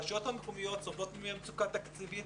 הרשויות המקומיות סובלות ממצוקה תקציבית